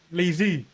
lazy